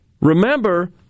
remember